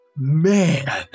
Man